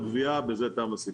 וחברות גבייה, ובזה תם הסיפור.